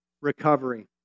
recovery